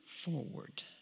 forward